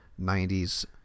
90s